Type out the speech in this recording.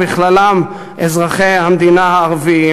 ובכללם אזרחי המדינה הערבים,